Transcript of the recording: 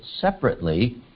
separately